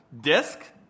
Disc